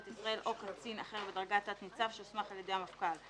ישראל או קצין אחר בדרגת תת ניצב שהוסמך על ידי המפכ"ל.